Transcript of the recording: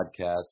Podcast